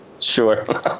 Sure